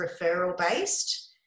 referral-based